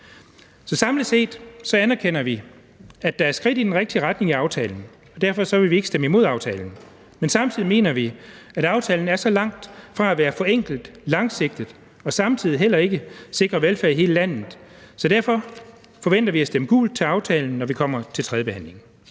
samlet set anerkender vi, at der er skridt i den rigtige retning i aftalen, og derfor vil vi ikke stemme imod aftalen. Men samtidig mener vi, at aftalen er langt fra at være forenklet, langsigtet og samtidig heller ikke sikrer velfærd i hele landet. Så derfor forventer vi at stemme gult til aftalen, når vi kommer til tredjebehandlingen.